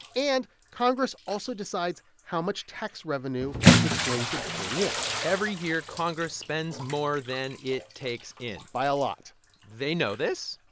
and congress also decides how much tax revenue it's going to bring in every year, congress spends more than it takes in by a lot they know this,